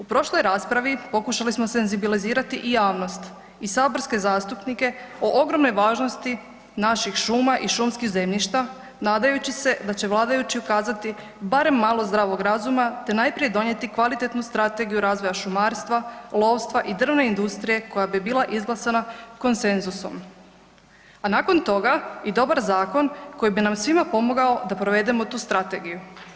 U prošloj raspravi pokušali smo senzibilizirati i javnost i saborske zastupnike o ogromnoj važnosti naših šuma i šumskih zemljišta nadajući se da će vladajući ukazati barem malo zdravog razuma te najprije donijeti kvalitetnu strategiju razvoja šumarstva, lovstva i drvne industrije koja bi bila izglasana konsenzusom a nakon toga i dobar zakon koji bi nam svima pomagao da provedemo tu strategiju.